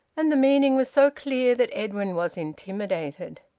and the meaning was so clear that edwin was intimidated.